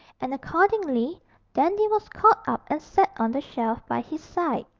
and accordingly dandy was caught up and set on the shelf by his side.